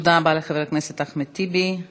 תודה רבה לחבר הכנסת אחמד טיבי.